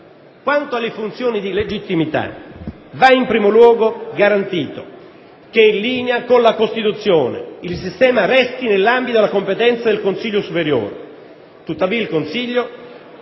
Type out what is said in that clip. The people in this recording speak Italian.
Quanto alle funzioni di legittimità, va in primo luogo garantito che, in linea con la Costituzione, il sistema resti nell'ambito della competenza del Consiglio superiore. Tuttavia il Consiglio